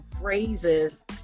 phrases